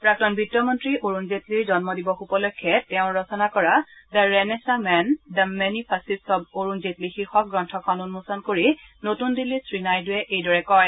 প্ৰাক্তন বিত্তমন্ত্ৰী অৰুণ জেটলীৰ জন্মদিৱস উপলক্ষে তেওঁ ৰচনা কৰা the renaissance man the many facets of Arun Jaitley শীৰ্যক গ্ৰন্থখন উন্মোচন কৰি নতুন দিল্লীত শ্ৰীনাইডুৱে এইদৰে কয়